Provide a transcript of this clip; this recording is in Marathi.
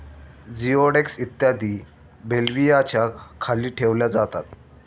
जिओडेक्स इत्यादी बेल्व्हियाच्या खाली ठेवल्या जातात